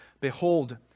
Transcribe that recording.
Behold